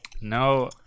no